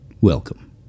welcome